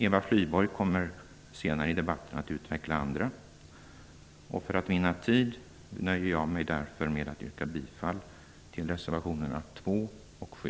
Eva Flyborg kommer senare i debatten att utveckla andra reservationer. För att vinna kammarens tid nöjer jag mig därför med att yrka bifall till reservationerna 2 och 7.